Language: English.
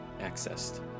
accessed